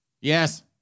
Yes